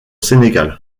sénégal